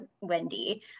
Wendy